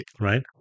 right